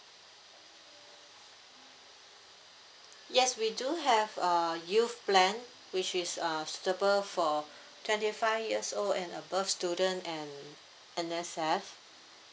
yes we do have uh youth plan which is uh suitable for twenty five years old and above student and N_S_F